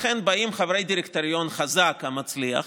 לכן באים חברי דירקטוריון חזק ומצליח,